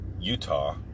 Utah